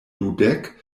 dudek